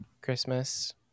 Christmas